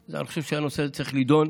אני חושב שהנושא הזה צריך להידון,